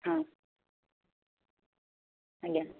ହଁ ଆଜ୍ଞା